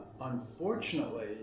Unfortunately